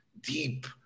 deep